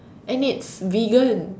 and it's vegan